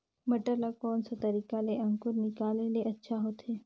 मटर ला कोन सा तरीका ले अंकुर निकाले ले अच्छा होथे?